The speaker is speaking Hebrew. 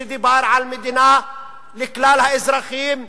שדיבר על מדינה לכלל האזרחים,